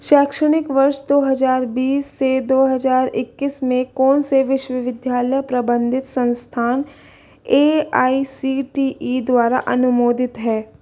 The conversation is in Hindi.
शैक्षणिक वर्ष दो हज़ार बीस से दो हज़ार इक्कीस में कौन से विश्वविद्यालय प्रबंधित संस्थान A I C T E द्वारा अनुमोदित हैं